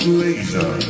laser